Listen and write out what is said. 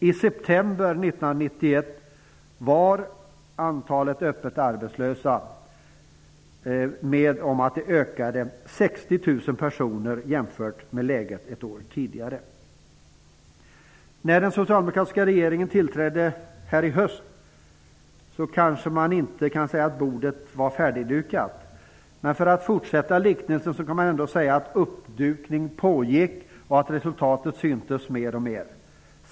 I september 1991 hade antalet öppet arbetslösa ökat med 60 000 personer jämfört med läget ett år tidigare. När den socialdemokratiska regeringen tillträdde nu i höst kanske man inte kan säga att bordet var färdigdukat. Men för att fortsätta liknelsen, kan man ändå säga att uppdukning pågick och att resultatet syntes mer och mer.